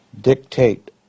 dictate